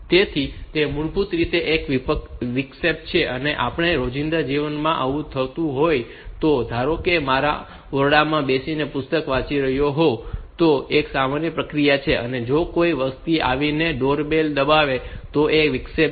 તેથી તે મૂળભૂત રીતે એક વિક્ષેપ છે અને આપણા રોજિંદા જીવનમાં પણ આવું થતું હોય છે ધારો કે હું મારા ઓરડામાં બેસીને પુસ્તક વાંચી રહ્યો હોવ તો તે એક સામાન્ય પ્રક્રિયા છે અને જો કોઈ વ્યક્તિ આવીને ડોર બેલ દબાવી દે તો તે એક વિક્ષેપ છે